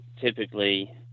typically